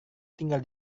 tinggal